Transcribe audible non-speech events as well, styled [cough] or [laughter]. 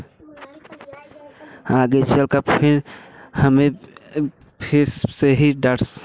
आगे चलकर फिर हमें [unintelligible] फिर स से ही डांट